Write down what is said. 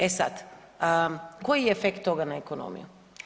E sad, koji je efekt toga na ekonomiju?